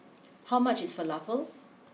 how much is Falafel